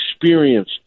experience